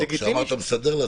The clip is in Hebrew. כשאמרת "מסדר",